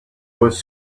was